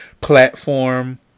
platform